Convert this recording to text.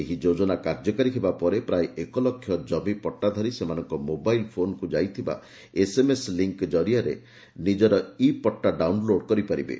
ଏହି ଯୋଜନା କାର୍ଯ୍ୟକାରୀ ହେବା ପରେ ପ୍ରାୟ ଏକ ଲକ୍ଷଜମି ପଟ୍ଟାଧାରୀ ସେମାନଙ୍କ ମୋବାଇଲ୍ ଫୋନକୁ ଯାଇଥିବା ଏସ୍ଏମ୍ଏସ୍ ଲିଙ୍କ୍ ଜରିଆରେ ନିଜରଇ ପଟ୍ଟା ଡାଉନଲୋଡ୍ କରିପାରିବେ